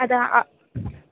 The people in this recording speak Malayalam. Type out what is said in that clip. അതാ അ